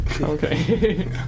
Okay